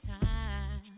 time